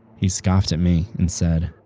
he scoffed at me and said,